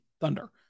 Thunder